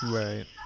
right